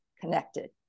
connected